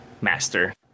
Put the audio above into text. master